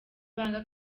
banga